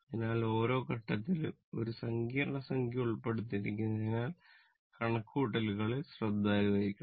അതിനാൽ ഓരോ ഘട്ടത്തിലും ഒരു സങ്കീർണ്ണ സംഖ്യ ഉൾപ്പെട്ടിരിക്കുന്നതിനാൽ കണക്കുകൂട്ടലിൽ ശ്രദ്ധാലുവായിരിക്കണം